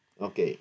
Okay